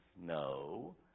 no